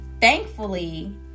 Thankfully